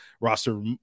roster